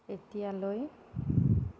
এতিয়ালৈ